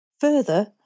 Further